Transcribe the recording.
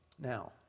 Now